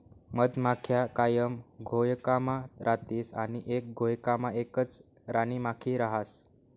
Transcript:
मधमाख्या कायम घोयकामा रातीस आणि एक घोयकामा एकच राणीमाखी रहास